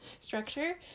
structure